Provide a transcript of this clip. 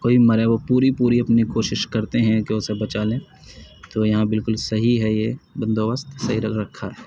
کوئی مرے وہ پوری پوری اپنی کوشش کرتے ہیں کہ اسے بچا لیں تو یہاں بالکل صحیح ہے یہ بند و بست صحیح رکھ رکھا ہے